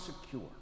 secure